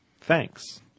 Thanks